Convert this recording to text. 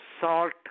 salt